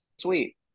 sweet